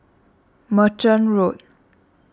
Merchant Road